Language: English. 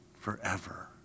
forever